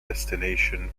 destination